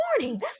morning